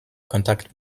kontakt